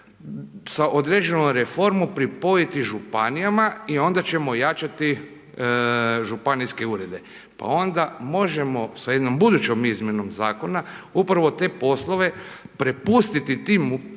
sa određenom reformom pripojiti županijama i onda ćemo ojačati županijske urede, onda možemo sa jednom budućom izmjenom zakona upravo te poslove prepustiti tim uredima